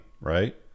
right